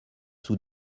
sous